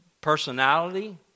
personality